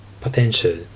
potential